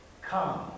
come